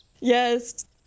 Yes